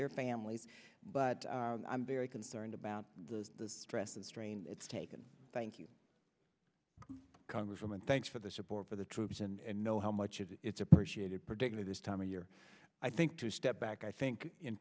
their families but i'm very concerned about the stress and strain it's taken thank you congresswoman thanks for the support for the troops and know how much it's appreciated predict at this time of year i think to step back i think in